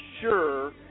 sure